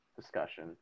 Discussion